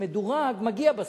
שמדורג מגיע בסוף.